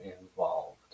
involved